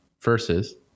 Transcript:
versus